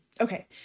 Okay